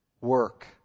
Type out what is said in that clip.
work